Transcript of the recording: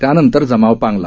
त्यानंतर जमाव पांगला